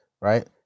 right